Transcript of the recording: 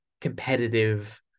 competitive